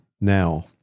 now